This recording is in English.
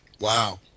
Wow